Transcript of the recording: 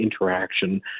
interaction